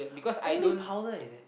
only powder is it